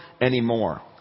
anymore